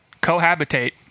cohabitate